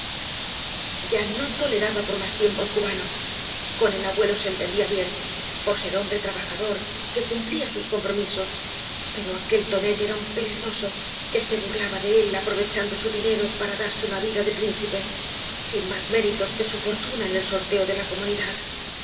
ya no toleraba por más tiempo al cubano con el abuelo bo entendía bien por ser hombre trabajador que cumplía biib compromigos pero aquel tonet era un perezoso que e burlaba de él aprovechando su dineto para darse una vida de príncipe bín más méritos que bu fortuna en el sorteo de la comunidad